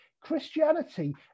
Christianity